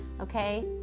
okay